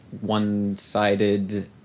one-sided